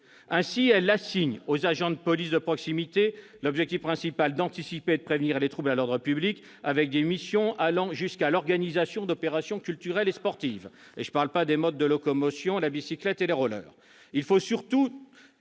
Ainsi, il assigne aux agents de police de proximité l'objectif principal d'anticiper et prévenir les troubles à l'ordre public, avec des missions allant jusqu'à l'organisation d'opérations culturelles et sportives. Je ne parle pas des modes de locomotion qu'ils doivent utiliser : la bicyclette et les rollers ... Il faut surtout,